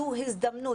זו הזדמנות.